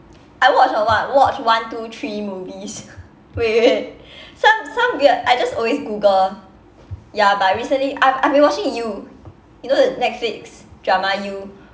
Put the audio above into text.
I watch on what watch one two three movies weird some some weird I just always google ya but recently I've I've been watching you you know the netflix drama you